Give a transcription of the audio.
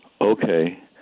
Okay